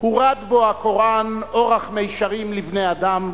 "הורד בו הקוראן אורח מישרים לבני-אדם",